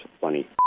funny